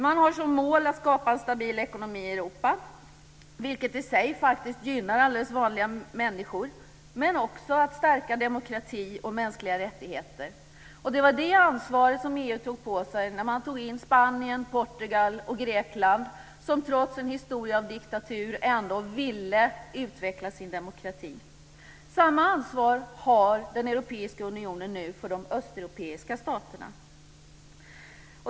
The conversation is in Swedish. Man har som mål att skapa en stabil ekonomi i Europa, vilket i sig faktiskt gynnar alldeles vanliga människor, men också att stärka demokrati och mänskliga rättigheter. Det var det ansvaret som EU tog på sig när man tog in Spanien, Portugal och Grekland som trots en historia av diktatur ändå ville utveckla sin demokrati. Samma ansvar har den europeiska unionen nu för de östeuropeiska staterna.